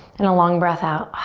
and a long breath out.